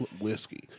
whiskey